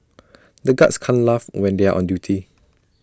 the guards can't laugh when they are on duty